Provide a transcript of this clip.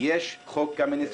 יש חוק קמיניץ,